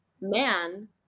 man